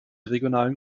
regionalen